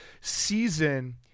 season